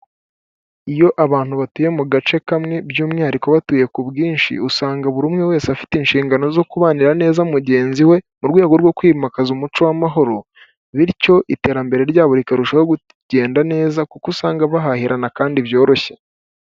Iyo abantu batuye mu gace kamwe, by'umwihariko batuye ku bwinshi, usanga buri umwe wese afite inshingano zo kubanira neza mugenzi we, mu rwego rwo kwimakaza umuco w'amahoro, bityo iterambere ryabo rikarushaho kugenda neza kuko usanga bahahirana kandi byoroshye.